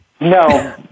No